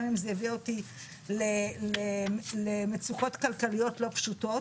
גם אם זה הביא אותי למצוקות כלכליות לא פשוטות.